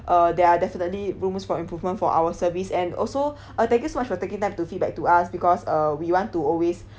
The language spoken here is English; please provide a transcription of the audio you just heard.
uh there are definitely rooms for improvement for our service and also uh thank you so much for taking time to feedback to us because uh we want to always